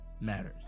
matters